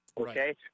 Okay